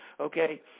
okay